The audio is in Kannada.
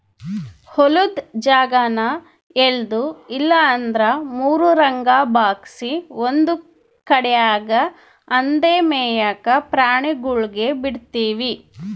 ಹೊಲುದ್ ಜಾಗಾನ ಎಲ್ಡು ಇಲ್ಲಂದ್ರ ಮೂರುರಂಗ ಭಾಗ್ಸಿ ಒಂದು ಕಡ್ಯಾಗ್ ಅಂದೇ ಮೇಯಾಕ ಪ್ರಾಣಿಗುಳ್ಗೆ ಬುಡ್ತೀವಿ